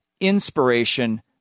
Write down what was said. inspiration